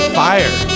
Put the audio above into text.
fire